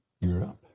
Europe